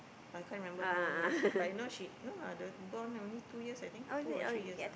I can't remember how many years but I know she no lah the bond only two years I think two or three years ah